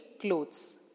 clothes